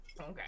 okay